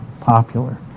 popular